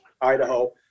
Idaho